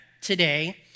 today